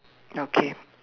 okay